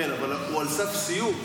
כן, אבל הוא על סף סיום.